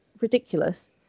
ridiculous